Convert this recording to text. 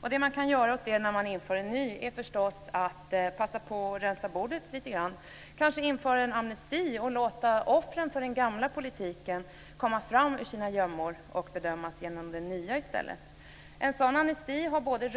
Det som man kan göra åt detta när man inför en ny flyktingpolitik är förstås att passa på att rensa bordet lite grann, kanske införa en amnesti och låta offer för den gamla politiken komma fram ur sina gömmor och bedömas under den nya i stället. En sådan amnesti har både